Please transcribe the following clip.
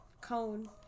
cone